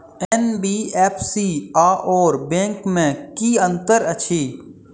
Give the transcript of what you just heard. NBFC आओर bank मे की अंतर अछि?